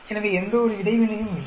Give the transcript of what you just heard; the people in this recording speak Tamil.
எனவே எந்தவொரு இடைவினையும் இல்லை